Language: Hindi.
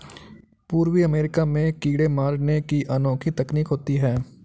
पूर्वी अमेरिका में कीड़े मारने की अनोखी तकनीक होती है